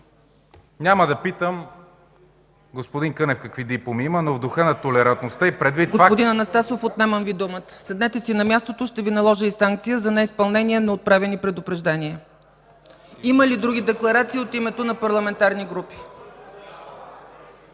Няма да питам господин Кънев какви дипломи има, но в духа на толерантността и предвид факта... ПРЕДСЕДАТЕЛ ЦЕЦКА ЦАЧЕВА: Господин Анастасов, отнемам Ви думата. Седнете си на мястото. Ще Ви наложа и санкция за неизпълнение на отправени предупреждения. Има ли други декларации от името на парламентарни групи?